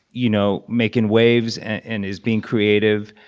you know, making waves and is being creative.